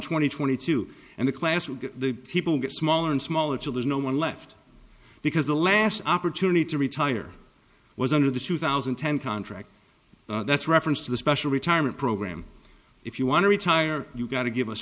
twenty twenty two and the classroom the people get smaller and smaller till is no one left because the last opportunity to retire was under the two thousand and ten contract that's reference to the special retirement program if you want to retire you got to give us